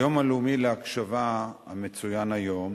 היום הלאומי להקשבה המצוין היום